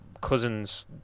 Cousins